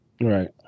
Right